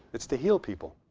it's to heal people.